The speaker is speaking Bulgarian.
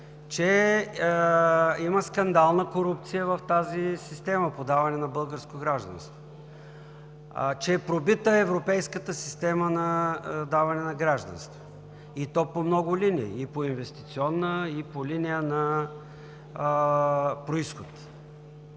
че има скандална корупция в системата за даване на българско гражданство, че е пробита европейската система за даване на гражданство, и то по много линии – и по инвестиционна, и по линия на произход.